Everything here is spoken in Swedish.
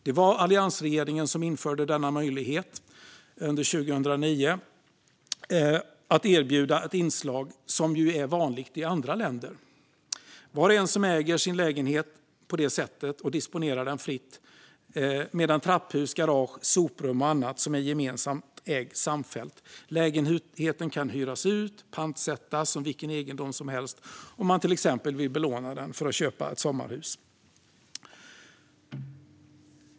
Det var alliansregeringen som införde denna möjlighet 2009, det vill säga att erbjuda ett inslag som är vanligt i andra länder. Var och en äger sin lägenhet och disponerar den fritt, medan trapphus, garage, soprum och annat som är gemensamt ägs samfällt. Lägenheten kan hyras ut eller pantsättas som vilken egendom som helst om man till exempel vill belåna den för att köpa ett sommarhus.